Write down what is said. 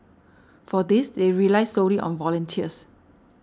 for this they rely solely on volunteers